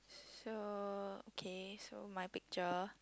so okay so my picture